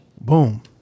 Boom